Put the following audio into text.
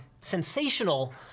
sensational